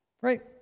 Right